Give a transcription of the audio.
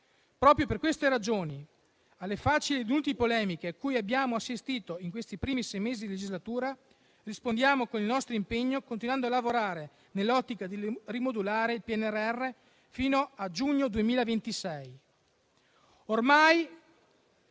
Proprio per queste ragioni, alle facili e inutili polemiche a cui abbiamo assistito in questi primi sei mesi di legislatura, rispondiamo con il nostro impegno continuando a lavorare nell'ottica di rimodulare il PNRR fino a giugno 2026.